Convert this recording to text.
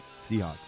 Seahawks